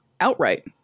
outright